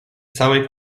całej